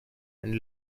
and